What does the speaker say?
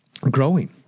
growing